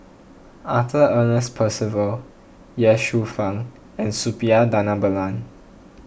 Arthur Ernest Percival Ye Shufang and Suppiah Dhanabalan